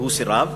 והוא סירב.